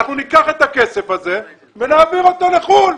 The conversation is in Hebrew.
אנחנו ניקח את הכסף הזה ונעביר אותו לחוץ לארץ.